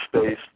space